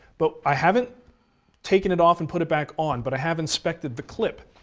but i haven't taken it off and put it back on. but i have inspected the clip,